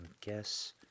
guess